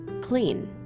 clean